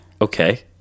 Okay